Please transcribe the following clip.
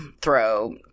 throw